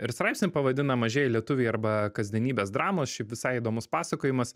ir straipsnį pavadina mažieji lietuviai arba kasdienybės dramos šiaip visai įdomus pasakojimas